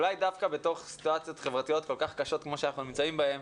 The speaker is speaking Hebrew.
אולי דווקא בתוך סיטואציות חברתיות כל כך קשות כמו שאנחנו נמצאים בהם,